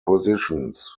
positions